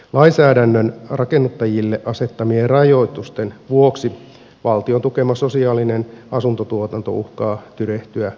lainsäädännön rakennuttajille asettamien rajoitusten vuoksi valtion tukema sosiaalinen asuntotuotanto uhkaa tyrehtyä olemattomiin